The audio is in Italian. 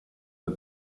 del